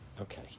Okay